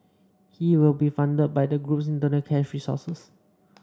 he will be funded by the group's internal cash resources